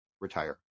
retire